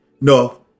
no